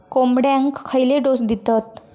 कोंबड्यांक खयले डोस दितत?